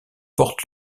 porte